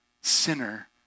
sinner